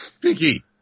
pinky